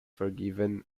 forgiven